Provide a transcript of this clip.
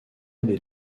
les